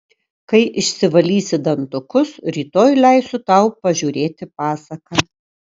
kai išsivalysi dantukus rytoj leisiu tau pažiūrėti pasaką